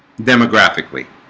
demographically